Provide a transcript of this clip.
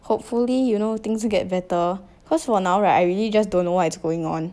hopefully you know things get better cause for now right I really just don't know what is going on